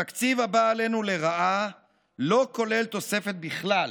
התקציב הבא עלינו לרעה לא כולל תוספת בכלל,